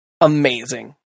Amazing